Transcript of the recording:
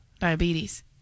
Diabetes